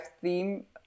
theme